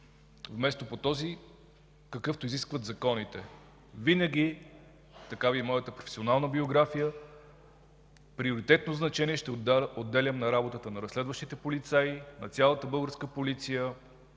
вместо по този, какъвто изискват законите. Винаги – такава е и моята професионална биография – приоритетно значение ще отделям на работата на разследващите полицаи, на цялата българска полиция